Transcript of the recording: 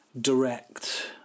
direct